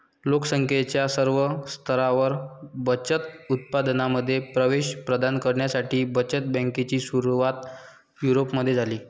लोक संख्येच्या सर्व स्तरांवर बचत उत्पादनांमध्ये प्रवेश प्रदान करण्यासाठी बचत बँकेची सुरुवात युरोपमध्ये झाली